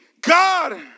God